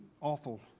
awful